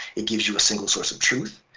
it gives you a single source of truth,